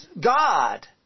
God